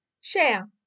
share